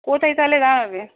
কোথায় তাহলে দাঁড়াবে